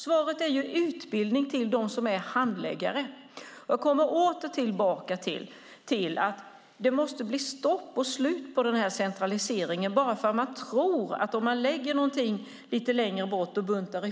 Svaret är utbildning till dem som är handläggare. Det måste bli stopp på centraliseringen. Man tror att ärendena går fortare bara för att man buntar ihop dem och handlägger dem lite längre bort.